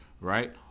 right